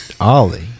Ollie